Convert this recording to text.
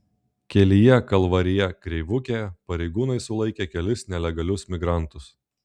kelyje kalvarija kreivukė pareigūnai sulaikė kelis nelegalius migrantus